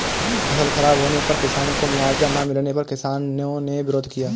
फसल खराब होने पर किसानों को मुआवजा ना मिलने पर किसानों ने विरोध किया